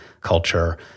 culture